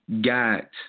got –